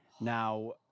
Now